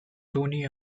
tony